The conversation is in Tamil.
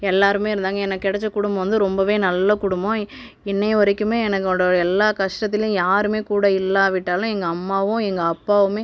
எல்லாருமே இருந்தாங்க எனக்கு கிடச்ச குடும்பம் வந்து ரொம்பவே நல்ல குடும்பம் இன்னைய வரைக்குமே என்னோட எல்லா கஷ்டத்துலேயும் யாருமே கூட இல்லாவிட்டாலும் எங்கள் அம்மாவும் எங்கள் அப்பாவும்